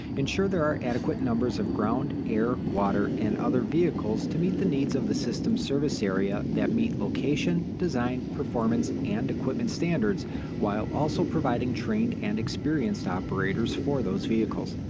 ensure there are adequate numbers of ground, air, water, and other vehicles to meet the needs of the system's service area that meet location, design, performance, and equipment standards while also providing trained and experienced operators for those vehicles.